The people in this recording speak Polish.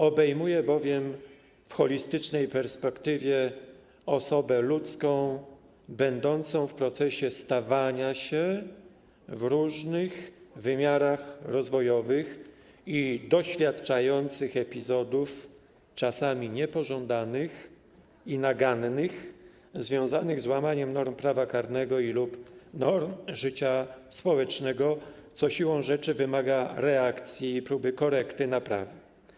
Obejmuje ona bowiem w holistycznej perspektywie osobę ludzką będącą w procesie stawania się w różnych wymiarach rozwojowych i doświadczającą epizodów czasami niepożądanych i nagannych związanych z łamaniem norm prawa karnego lub norm życia społecznego, co siłą rzeczy wymaga reakcji i próby korekty, naprawy.